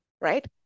right